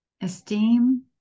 esteem